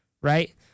right